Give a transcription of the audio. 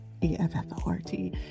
E-F-F-O-R-T